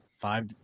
Five